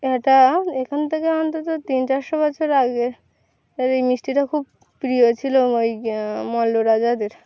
এটা এখান থেকে অন্তত তিন চারশো বছর আগে এ এই মিষ্টিটা খুব প্রিয় ছিলো ওই মল্ল রাজাদের